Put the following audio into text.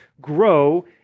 grow